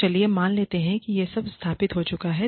तो चलिए मान लेते हैं कि यह सब स्थापित हो चुका है